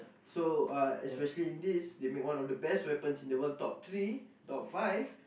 so uh especially in this they make one of the best weapons in the word top three top five